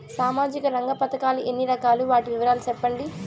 సామాజిక రంగ పథకాలు ఎన్ని రకాలు? వాటి వివరాలు సెప్పండి